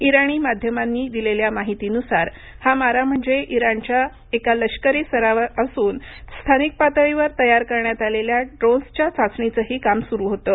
इराणी माध्यमांनी दिलेल्या माहितीनुसार हा मारा म्हणजे इराणचा एक लष्करी उपक्रम असून स्थानिक पातळीवर तयार करण्यात आलेल्या ड्रोन्सच्या चाचणीचंही काम सुरू होतं